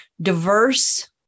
diverse